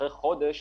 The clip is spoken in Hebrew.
אחרי חודש,